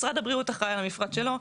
משרד הבריאות אחראי על המפרט שלו,